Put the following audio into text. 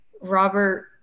Robert